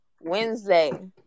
Wednesday